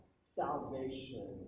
salvation